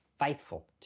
faithful